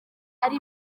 ari